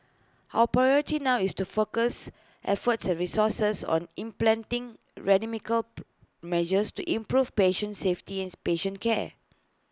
our priority now is to focus efforts and resources on implanting measures to improve patient safety and patient care